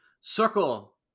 circle